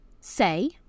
Say